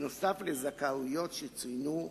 נוסף על הזכאויות שצוינו,